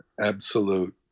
absolute